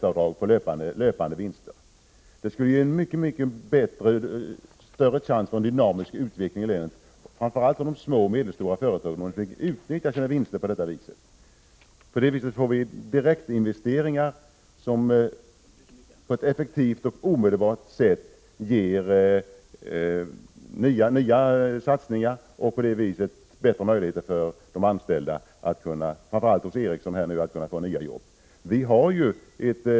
Om företagen över huvud taget fick utnyttja sina vinster på det viset, skulle det bli mycket bättre förutsättningar för en dynamisk utveckling i länet, framför allt för de små och medelstora företagen. Därigenom får vi alltså direktinvesteringar, som på ett effektivt och omedelbart sätt möjliggör nya satsningar. Dessutom får de anställda, framför allt hos Ericsson, större möjligheter när det gäller att skaffa nya jobb.